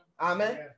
amen